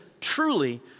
truly